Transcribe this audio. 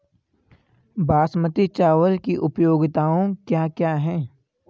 बासमती चावल की उपयोगिताओं क्या क्या हैं?